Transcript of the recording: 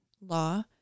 law